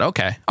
Okay